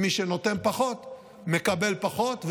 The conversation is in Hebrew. י שנותן פחות מקבל פחות,